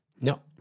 No